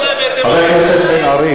חבר הכנסת בן-ארי,